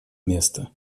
место